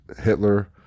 Hitler